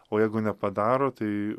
o jeigu nepadaro tai